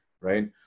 right